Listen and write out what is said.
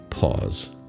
pause